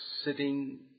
sitting